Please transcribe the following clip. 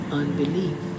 unbelief